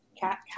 cat